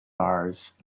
mars